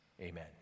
amen